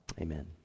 amen